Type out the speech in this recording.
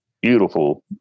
beautiful